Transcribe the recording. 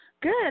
Good